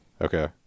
okay